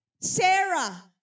Sarah